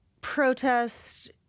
protest